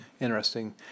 interesting